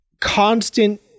constant